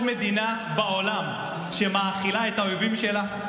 מדינה בעולם שמאכילה את האויבים שלה?